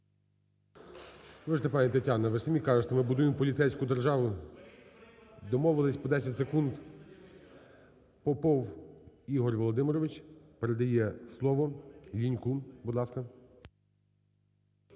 Вибачте, пані Тетяно, ви ж самі кажете, ми будуємо поліцейську державу. Домовились по 10 секунд. Попов Ігор Володимирович передає слово Ліньку. Будь ласка.